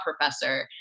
professor